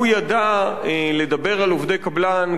הוא ידע לדבר על עובדי קבלן,